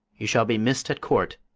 you shall be miss'd at court,